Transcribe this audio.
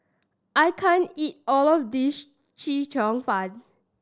I can't eat all of this Chee Cheong Fun